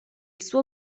suo